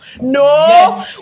no